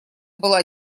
была